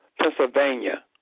Pennsylvania